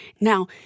Now